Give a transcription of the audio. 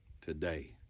today